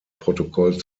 protokoll